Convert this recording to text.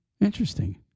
Interesting